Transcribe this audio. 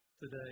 today